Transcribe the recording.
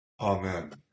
Amen